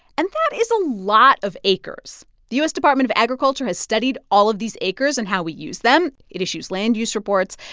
and that is a lot of acres the u s. department of agriculture has studied all of these acres and how we use them. it issues land use reports.